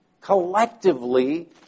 collectively